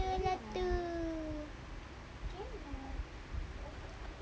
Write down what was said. ye lah tu